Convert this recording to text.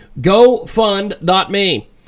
GoFund.me